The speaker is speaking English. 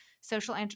social